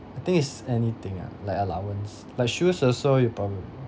I think it's anything ah like allowance like shoes also you probably